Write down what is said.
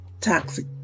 toxic